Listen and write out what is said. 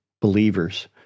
believers